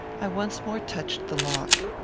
i once more touched the lock.